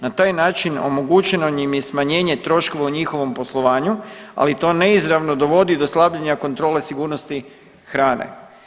Na taj način omogućeno im je smanjenje troškova u njihovom poslovanju, ali to neizravno dovodi do slabljenja kontrole sigurnosti hrane.